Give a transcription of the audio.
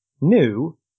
new